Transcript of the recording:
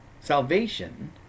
Salvation